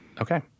Okay